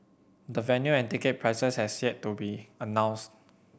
the venue and ticket prices has yet to be announced